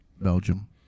Belgium